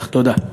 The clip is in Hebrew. תודה.